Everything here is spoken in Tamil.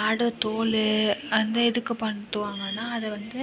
ஆடு தோல் அந்த எதுக்கு பனுத்துவாங்கனால் அதை வந்து